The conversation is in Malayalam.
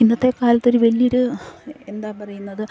ഇന്നത്തെ കാലത്തൊരു വലിയൊരു എന്താ പറയുന്നത്